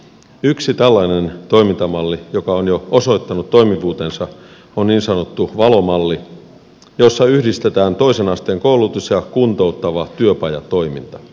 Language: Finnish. yksi tällainen toimintamalli joka on jo osoittanut toimivuutensa on niin sanottu valo malli jossa yhdistetään toisen asteen koulutus ja kuntouttava työpajatoiminta